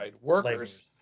workers